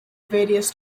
various